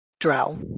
Drow